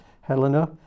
Helena